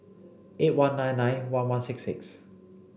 eight one nine nine one one six six